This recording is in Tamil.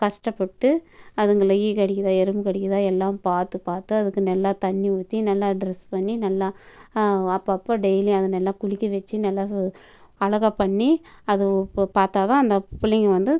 கஷ்டப்பட்டு அதுங்களை ஈ கடிக்குதா எறும்பு கடிக்குதா எல்லாம் பார்த்து பார்த்து அதுக்கு நல்லா தண்ணி ஊற்றி நல்லா ட்ரெஸ் பண்ணி நல்லா அப்பப்போ டெய்லியும் அதை நல்லா குளிக்க வச்சு நல்லா அழகா பண்ணி அது அப்போது பார்த்தா தான் அந்த பிள்ளைங்க வந்து